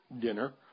dinner